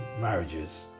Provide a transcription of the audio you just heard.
marriages